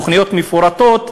תוכניות מפורטות,